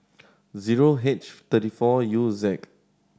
zero H thirty four U Z